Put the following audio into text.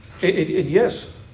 Yes